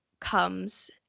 comes